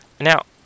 now